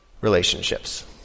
relationships